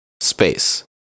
space